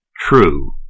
true